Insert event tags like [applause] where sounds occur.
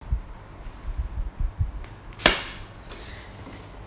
[breath]